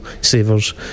Savers